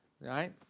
Right